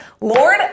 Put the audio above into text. Lord